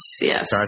yes